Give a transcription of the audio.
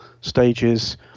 stages